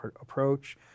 approach